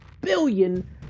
billion